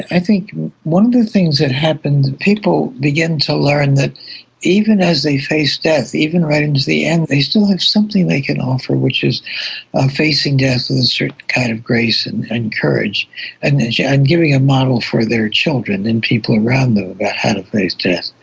i think one of the things that happens, people begin to learn that even as they face death, even right into the end, they still have something they can offer which is facing death with a certain kind of grace and and courage and yeah and giving a model for their children and people around them about how to face death.